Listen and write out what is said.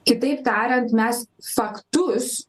kitaip tariant mes faktus